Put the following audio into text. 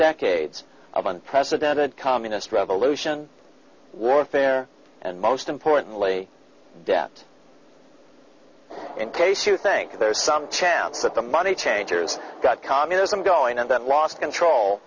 decades of unprecedented communist revolution warfare and most importantly debt in case you think there's some chance that the money changers got communism going on that lost control